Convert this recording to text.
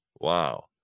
Wow